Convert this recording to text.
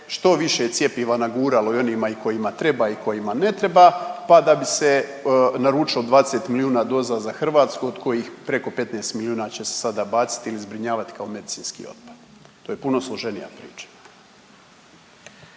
što više cjepiva naguralo i onima kojima treba i kojima ne treba pa da bi se naručilo 20 milijuna doza za Hrvatsku od kojih 15 milijuna će se sada baciti ili zbrinjavati kao medicinski otpad. To je puno složenija priča.